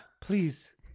Please